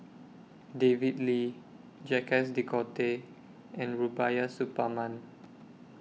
David Lee Jacques De Coutre and Rubiah Suparman